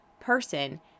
person